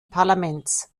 parlaments